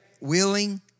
willing